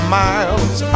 miles